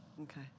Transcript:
Okay